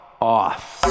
off